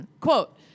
Quote